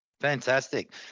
Fantastic